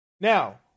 Now